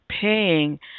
paying